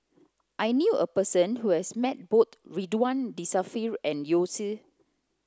I knew a person who has met both Ridzwan Dzafir and Yao Zi